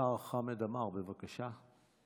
השר חמד עמאר, בבקשה.